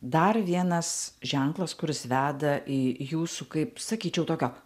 dar vienas ženklas kuris veda į jūsų kaip sakyčiau tokio